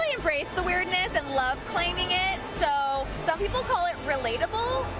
embrace the weirdness and love claiming it. so some people call it relatable.